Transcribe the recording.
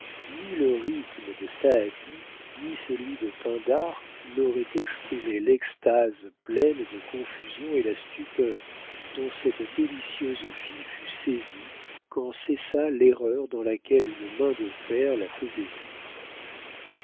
ni le rhythme de saadi ni celui de pindare n'auraient exprimé l'extase pleine de confusion et la stupeur dont cette délicieuse fille fut saisie quand cessa l'erreur dans laquelle une main de fer la faisait vivre